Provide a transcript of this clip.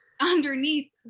underneath